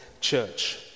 Church